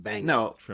No